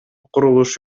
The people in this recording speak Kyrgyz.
курулуш